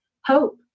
hope